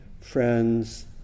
friends